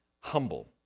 humble